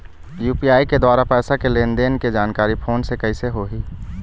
UPI के द्वारा पैसा के लेन देन के जानकारी फोन से कइसे होही?